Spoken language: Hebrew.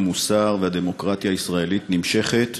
המוסר והדמוקרטיה הישראלית נמשכת,